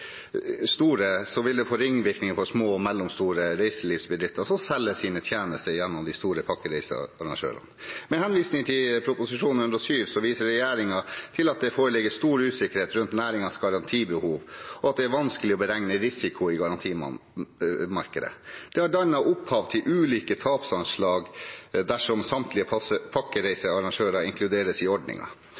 store, vil det få ringvirkninger for små og mellomstore reiselivsbedrifter som selger sine tjenester gjennom de store pakkereisearrangørene. Med henvisning til Prop. 107 for 2020–2021 viser regjeringen til at det foreligger stor usikkerhet rundt næringens garantibehov, og at det er vanskelig å beregne risiko i garantimarkedet. Det har dannet opphav til ulike tapsanslag dersom samtlige pakkereisearrangører inkluderes i